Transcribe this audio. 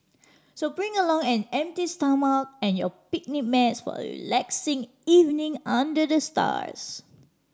so bring along an empty stomach and your picnic mats for a relaxing evening under the stars